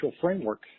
framework